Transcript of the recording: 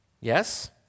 Yes